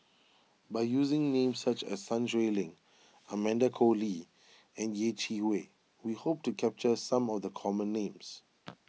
by using names such as Sun Xueling Amanda Koe Lee and Yeh Chi Wei we hope to capture some of the common names